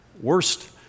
worst